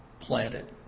planet